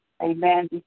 amen